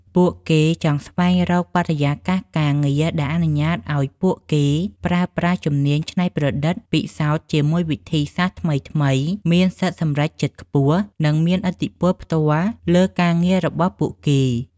ពួកគេចង់ស្វែងរកបរិយាកាសការងារដែលអនុញ្ញាតឱ្យពួកគេប្រើប្រាស់ជំនាញច្នៃប្រឌិត ពិសោធន៍ជាមួយវិធីសាស្រ្តថ្មីៗ មានសិទ្ធិសម្រេចចិត្តខ្ពស់ និងមានឥទ្ធិពលផ្ទាល់លើការងាររបស់ពួកគេ។